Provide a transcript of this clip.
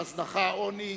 ההזנחה והעוני,